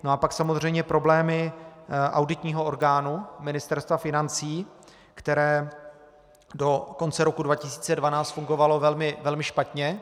No a pak samozřejmě problémy auditního orgánu, Ministerstva financí, které do konce roku 2012 fungovalo velmi špatně.